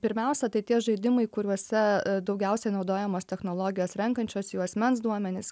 pirmiausia tai tie žaidimai kuriuose daugiausiai naudojamos technologijos renkančios jų asmens duomenis